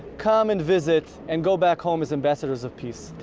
come and visit and go back home as ambassadors of peace.